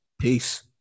Peace